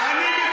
מה מה?